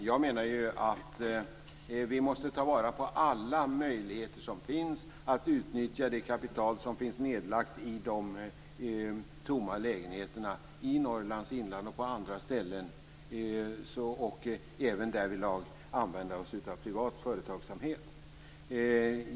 Fru talman! Vi måste ta vara på alla möjligheter som finns för att utnyttja det kapital som finns nedlagt i de tomma lägenheterna i Norrlands inland och på andra ställen. Därvidlag måste vi använda oss även av privat företagsamhet.